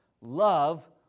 love